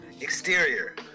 Exterior